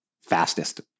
fastest